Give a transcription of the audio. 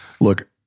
Look